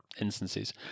instances